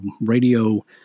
radio